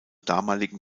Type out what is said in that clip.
damaligen